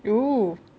!woo!